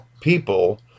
people